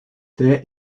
there